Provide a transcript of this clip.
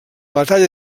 batalla